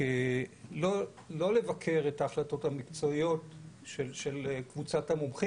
אם לדוגמה הכנסנו תרופה לסוכרת ב-HbA1C (המוגלובין מסוכרר)